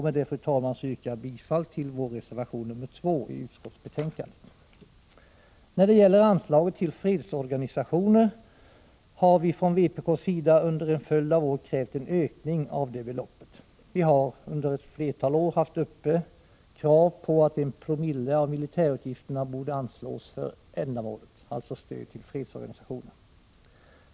Med detta, fru talman, yrkar jag bifall till vår reservation nr 2 till utskottsbetänkandet. När det gäller anslaget till fredsorganisationer har vi från vpk:s sida under en följd av år krävt en ökning av beloppet. Vi har krävt att en promille av militärutgifterna skulle anslås till fredsorganisationer.